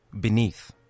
beneath